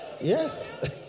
Yes